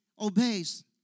obeys